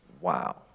Wow